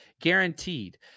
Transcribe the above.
guaranteed